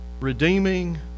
redeeming